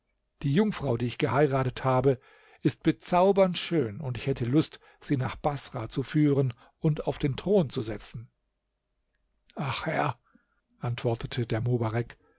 die jungfrau die ich geheiratet habe ist bezaubernd schön und ich hätte lust sie nach baßrah zu führen und auf den thron zu setzen ach herr antwortete der